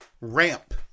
ramp